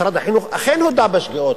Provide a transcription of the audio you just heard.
משרד החינוך אכן הודה בשגיאות.